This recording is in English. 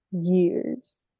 years